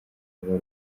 ruba